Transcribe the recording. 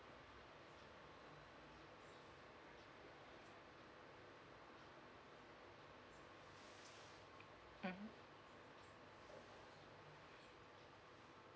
mmhmm